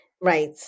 Right